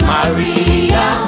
Maria